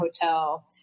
hotel